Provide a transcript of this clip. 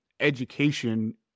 education